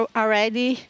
already